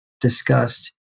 discussed